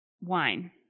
Wine